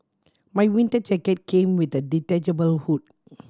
my winter jacket came with a detachable hood